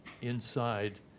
inside